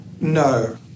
No